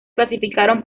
clasificaron